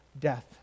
death